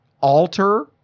alter